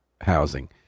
housing